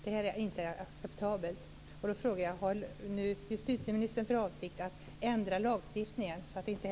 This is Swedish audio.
Det här är inte acceptabelt.